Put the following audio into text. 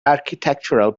architectural